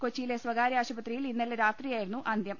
കൊച്ചിയിലെ സ്വകാര്യ ആശുപത്രിയിൽ ഇന്നലെ രാത്രിയാ യിരുന്നു അന്ത്യം